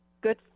good